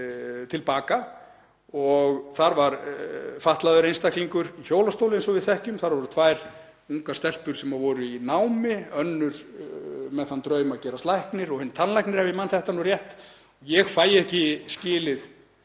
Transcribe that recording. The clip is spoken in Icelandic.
til baka. Þar var fatlaður einstaklingur í hjólastól eins og við þekkjum, þar voru tvær ungar stelpur sem voru í námi, önnur með þann draum að gerast læknir og hin tannlæknir, ef ég man þetta rétt. Ég fæ ég ekki skilið,